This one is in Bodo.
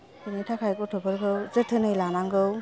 बेनि थाखाय गथ'फोरखौ जोथोनै लानांगौ